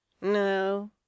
No